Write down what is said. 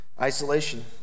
Isolation